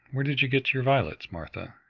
where did you get your violets, martha?